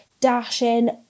dashing